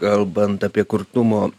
kalbant apie kurtumo